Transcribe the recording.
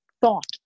thought